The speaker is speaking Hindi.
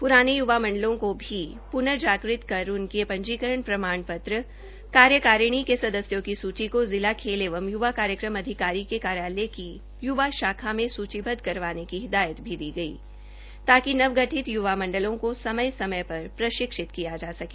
प्राने य्वा मंडलों को भी प्र्नजागृत कर उनके पंजीकरण प्रमाण पत्र कार्यकारिणी के सदस्यों की सूची को जिला खेल एवं य्वा कार्यक्रम अधिकारी के कार्यालय की य्वा शाखा मे सूचीबद्ध करवाने की हिदायत भी दी गई है ताकि नव गठित य्वा मंडलों को समय समय पर प्रशिक्षित किया जा सके